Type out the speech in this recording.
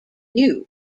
news